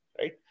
right